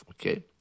okay